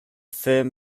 firm